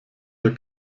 der